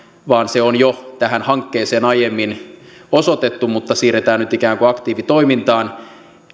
vaan on jo tähän hankkeeseen aiemmin osoitettu mutta siirretään nyt ikään kuin aktiivitoimintaan